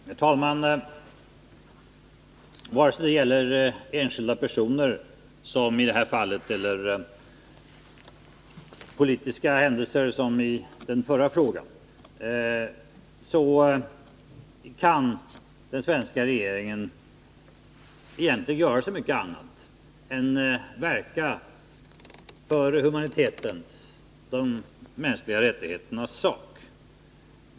Herr talman! Vare sig det gäller enskilda personer, som i det här fallet, eller politiska händelser, som i den förra frågan, kan den svenska regeringen egentligen inte göra så mycket annat än verka för humanitetens och de mänskliga rättigheternas sak.